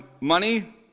money